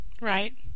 Right